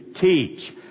teach